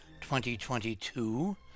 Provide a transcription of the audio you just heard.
2022